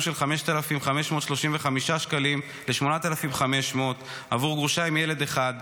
של 5,535 שקלים ל-8,500 בעבור גרושה עם ילד אחד,